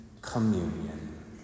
Communion